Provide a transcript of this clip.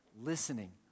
listening